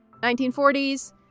1940s